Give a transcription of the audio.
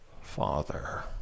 Father